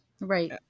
Right